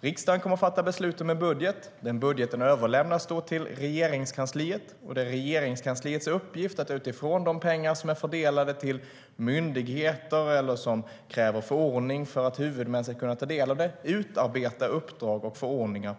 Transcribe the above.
Riksdagen kommer att fatta beslut om en budget, och den budgeten överlämnas till Regeringskansliet. Det är sedan Regeringskansliets uppgift att, utifrån de pengar som är fördelade till myndigheter eller som kräver förordning för att huvudmän ska kunna ta del av dem, utarbeta uppdrag och förordningar.